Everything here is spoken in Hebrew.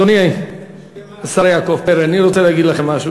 אדוני השר יעקב פרי, אני רוצה להגיד לכם משהו.